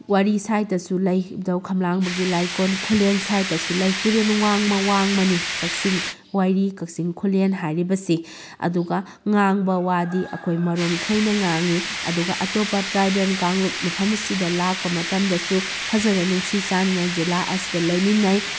ꯋꯥꯏꯔꯤ ꯁꯥꯏꯗꯇꯨ ꯂꯩ ꯏꯕꯨꯗꯧ ꯈꯝꯂꯥꯡꯕꯒꯤ ꯂꯥꯏꯀꯣꯟ ꯈꯨꯂꯦꯟ ꯁꯥꯏꯗꯇꯁꯨ ꯂꯩ ꯇꯨꯔꯦꯟ ꯋꯥꯡꯃ ꯋꯥꯡꯃꯅꯤ ꯀꯛꯆꯤꯡ ꯋꯥꯏꯔꯤ ꯀꯛꯆꯤꯡ ꯈꯨꯂꯦꯟ ꯍꯥꯏꯔꯤꯕꯁꯤ ꯑꯗꯨꯒ ꯉꯥꯡꯕ ꯋꯥꯗꯤ ꯑꯩꯈꯣꯏ ꯃꯔꯣꯟ ꯈꯣꯏꯅ ꯉꯥꯡꯏ ꯑꯗꯨꯒ ꯑꯇꯣꯞꯄ ꯇ꯭ꯔꯥꯏꯕꯦꯜ ꯀꯥꯡꯂꯨꯞ ꯃꯐꯝꯁꯤꯗ ꯂꯥꯛꯄ ꯃꯇꯝꯗꯁꯨ ꯐꯖꯟꯅ ꯅꯨꯡꯁꯤ ꯆꯥꯟꯅꯅ ꯖꯤꯂꯥ ꯑꯁꯤꯗ ꯂꯩꯃꯤꯟꯅꯩ